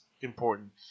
important